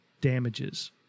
damages